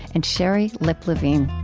and shari lipp-levine